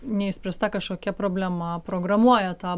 neišspręsta kažkokia problema programuoja tą